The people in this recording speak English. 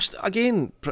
again